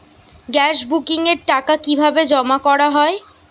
Gas বুকিংয়ের টাকা কিভাবে জমা করা হয়?